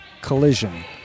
collision